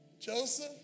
Joseph